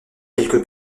quelque